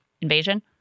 invasion